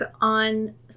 on